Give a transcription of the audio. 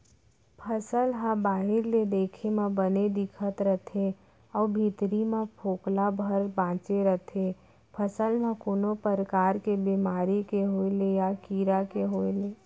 फसल ह बाहिर ले देखे म बने दिखत रथे अउ भीतरी म फोकला भर बांचे रथे फसल म कोनो परकार के बेमारी के होय ले या कीरा के होय ले